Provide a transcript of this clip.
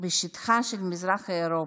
בשטח מזרח אירופה.